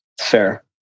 Fair